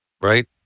right